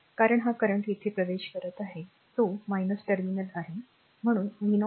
कारण हा करंट येथे प्रवेश करत आहे तो टर्मिनल आहे